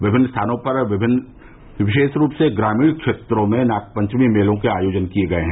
विभिन्न स्थानों पर विशेष रूप से ग्रामीण क्षेत्रों में नागपंचमी मेलों के आयोजन किए जा रहे हैं